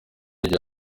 igihe